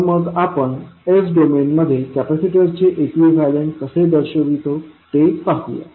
तर मग आपण s डोमेनमध्ये कॅपेसिटरचे इक्विवलेंट कसे दर्शवतो ते पाहूया